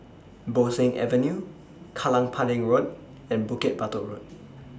Bo Seng Avenue Kallang Pudding Road and Bukit Batok Road